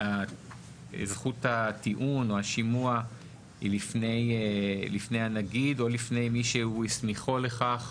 זכות הטיעון או השימוע היא לפני הנגיד או לפני מי שהוא הסמיכו לכך,